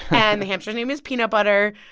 and the hamster's name is peanut butter.